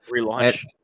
Relaunch